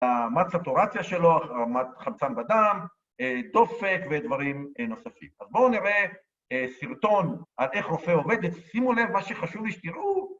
רמת ספטורציה שלו, רמת חמצן בדם, תופק ודברים נוספים. אז בואו נראה סרטון על איך רופא עובד, שימו לב מה שחשוב שתיראו.